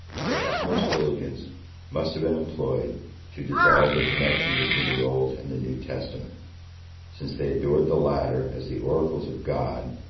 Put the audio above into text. their utmost diligence must have been employed to dissolve the connection between the old and the new testament since they adored the latter as the oracles of god,